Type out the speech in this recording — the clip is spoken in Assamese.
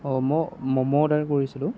অঁ মই ম'ম' অৰ্ডাৰ কৰিছিলোঁ